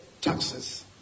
taxes